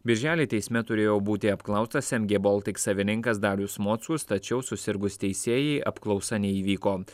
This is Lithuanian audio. birželį teisme turėjo būti apklaustas mg baltic savininkas darius mockus tačiau susirgus teisėjai apklausa neįvyko